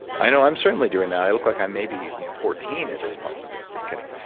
i know i'm certainly doing that. i look like i may be fourteen at this point. okay, just kidding.